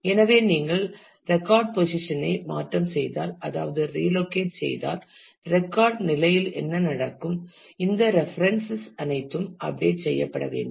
எனவே நீங்கள் ரெக்கார்ட் பொசிஷனை மாற்றம் செய்தால் அதாவது ரீலொக்கேட் செய்தால் ரெக்கார்ட் நிலையில் என்ன நடக்கும் இந்த ரெபரன்சஸ் அனைத்தும் அப்டேட் செய்யப்பட வேண்டும்